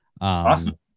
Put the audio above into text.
Awesome